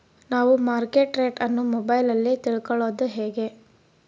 ನಾವು market rate ಅನ್ನು ಮೊಬೈಲಲ್ಲಿ ತಿಳ್ಕಳೋದು ಹೇಗೆ?